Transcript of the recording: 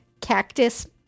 cactus